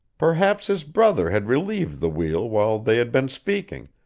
perhaps his brother had relieved the wheel while they had been speaking,